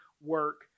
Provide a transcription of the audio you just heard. work